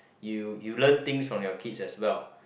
you you learn things from your kids as well